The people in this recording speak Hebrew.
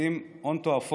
מוציאים הון תועפות